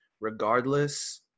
regardless